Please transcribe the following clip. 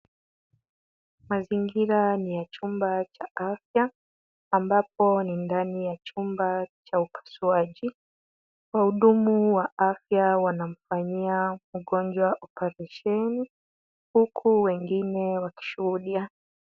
Mazingira ni ya chumba cha afya ambapo ni ndani ya chumba cha upasuaji. Wahudumu wa afya wanamfanyia mgonjwa operasheni, huku wengine wakishuhudia.